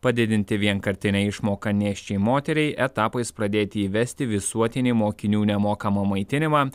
padidinti vienkartinę išmoką nėščiai moteriai etapais pradėti įvesti visuotinį mokinių nemokamą maitinimą